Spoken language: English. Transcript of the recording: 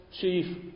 chief